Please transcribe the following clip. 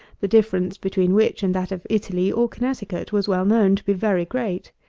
the difference between which and that of italy or connecticut was well known to be very great.